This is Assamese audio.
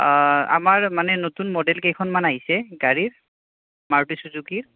আমাৰ মানে নতুন মডেল কেইখন মান আহিছে গাড়ীৰ মাৰুতি চুজুকী